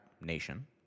Nation